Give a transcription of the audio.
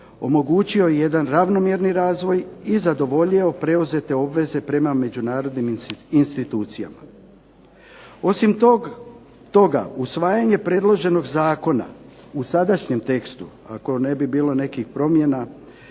omogućio jedan ravnomjerni razvoj i zadovoljio preuzete obveze prema međunarodnim institucijama. Osim toga usvajanje predloženog zakona u sadašnjem tekstu, ako ne bi bilo nekih promjena